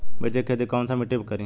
मिर्ची के खेती कौन सा मिट्टी पर करी?